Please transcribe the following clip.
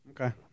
Okay